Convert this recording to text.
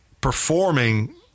performing